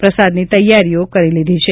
પ્રસાદની તૈયારીઓ કરી લીધી છે